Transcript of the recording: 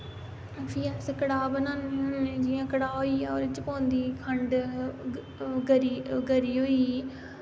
फ्ही अस कड़ाह् बनाने होन्ने जियां कड़ाह् होइया ओह्दे च पौंदी खण्ड गरी होई